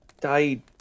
died